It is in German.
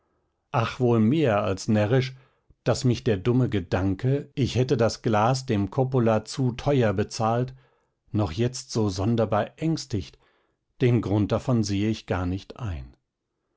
ach wohl mehr als närrisch daß mich der dumme gedanke ich hätte das glas dem coppola zu teuer bezahlt noch jetzt so sonderbar ängstigt den grund davon sehe ich gar nicht ein